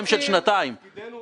אם אתם מבקשים לתקן את החוק,